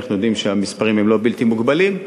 אנחנו יודעים שהמספרים הם לא בלתי מוגבלים,